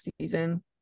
season